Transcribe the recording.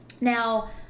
now